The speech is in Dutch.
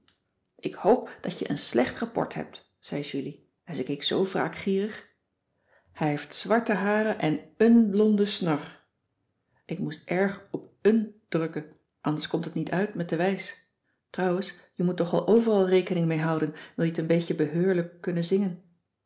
ik hoop dat je een slecht rapport hebt zei julie en ze keek zoo wraakgierig hij heeft zwarte haren en éen blonde snor ik moest erg op éen drukken anders komt het niet uit met de wijs trouwens je moet toch wel overal rekening mee houden wil je t een beetje beheurlijk kunnen zingen